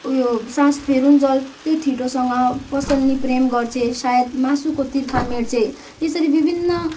उ यो सास फेरुन्जेल त्यो ठिटोसँग पसलनी प्रेम गर्छे सायद मासुको तिर्खा मेट्छे यसरी विभिन्न